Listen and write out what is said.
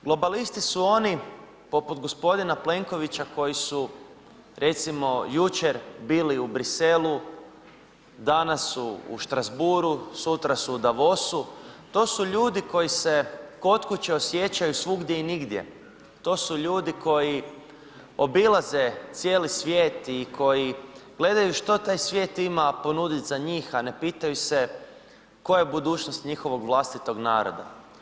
Globalisti su oni poput gospodina Plenkovića koji su recimo jučer bili u Bruxellesu, danas u Strasbourgu, sutra su u DAvosu to su ljudi koji se kod kuće osjećaju svugdje i nigdje, to su ljudi koji obilaze cijeli svijet i koji gledaju što taj svijet ima ponudit za njih, a ne pitaju se koja je budućnost njihovog vlastitog naroda.